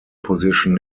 position